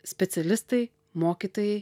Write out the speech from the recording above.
specialistai mokytojai